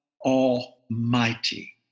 Almighty